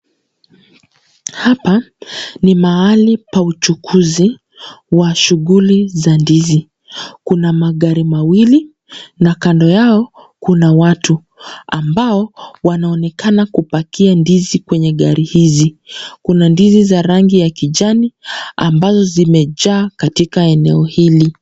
Hapa ni mahali pa uchukuzi wa shughuli za ndizi. Kuna magari mawili na kando yao kuna watu ambao wanaonekana kupakia ndizi kwenye gari hizi. Kuna ndizi za rangi ya kijani ambazo zimejaa katika eneo hili.